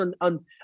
on